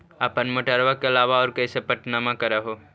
अपने मोटरबा के अलाबा और कैसे पट्टनमा कर हू?